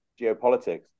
geopolitics